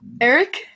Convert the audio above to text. Eric